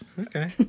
Okay